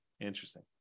Interesting